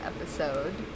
episode